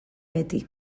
beti